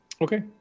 Okay